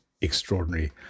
extraordinary